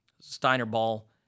Steiner-Ball